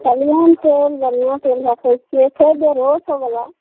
पहलमान तेल बढ़िआँ तेल राखै छियै छै डेढ़ो सए बला